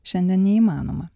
šiandien neįmanoma